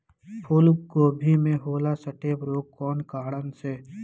फूलगोभी में होला स्टेम रोग कौना कारण से?